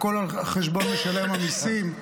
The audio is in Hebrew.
הכול על חשבון משלם המיסים.